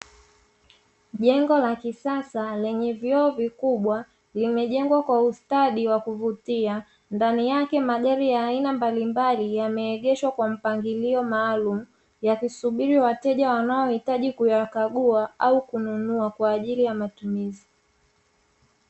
Jengo la kisasa lenye vioo vikubwa limejengwa kwa ustadi wa kuvutia, ndani yake magari ya aina mbalimbali yameegeshwa kwa mpangilio maalumu. Yakisubiri wateja wanaohitaji kuyakagua au kununua kwa ajili ya matumizi.